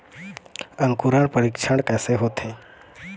अंकुरण परीक्षण कैसे होथे?